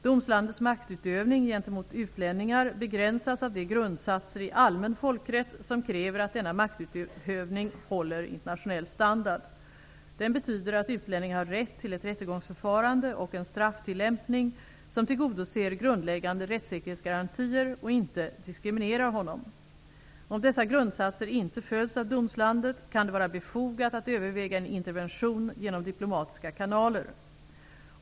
Domslandets maktutövning gentemot utlänningar begränsas av de grundsatser i allmän folkrätt som kräver att denna maktutövning håller internationell standard. Det betyder att utlänning har rätt till ett rättegångsförfarande och en strafftillämpning som tillgodoser grundläggande rättssäkerhetsgarantier och inte diskriminerar honom. Om dessa grundsatser inte följs av domslandet, kan det vara befogat att överväga en intervention genom diplomatiska kanaler.